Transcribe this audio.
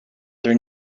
their